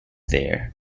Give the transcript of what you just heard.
there